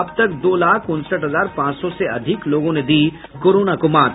अब तक दो लाख उनसठ हजार पांच सौ से अधिक लोगों ने दी कोरोना को मात